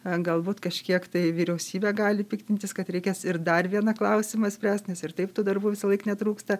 galbūt kažkiek tai vyriausybė gali piktintis kad reikės ir dar vieną klausimą spręst nes ir taip tų darbų visąlaik netrūksta